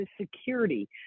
security